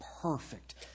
perfect